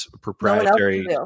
proprietary